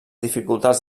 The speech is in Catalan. dificultats